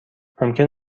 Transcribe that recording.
ممکن